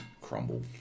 Crumble